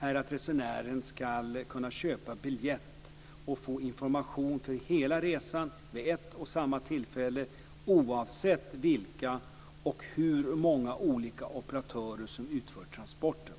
är att resenären ska kunna köpa biljett och få information för hela resan vid ett och samma tillfälle oavsett vilka och hur många olika operatörer som utför transporten.